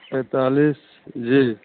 पैँतालिस जी